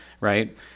right